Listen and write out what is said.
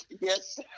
Yes